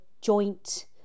joint